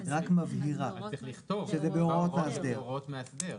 היא מבהירה שזה בהוראות מאסדר.